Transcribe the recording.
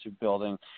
building